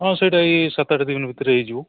ହଁ ସେଇଟା ଏଇ ସାତ ଆଠ ଦିନ ଭିତରେ ହେଇଯିବ